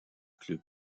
club